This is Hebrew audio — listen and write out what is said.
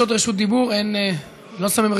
חבר הכנסת איימן עודה,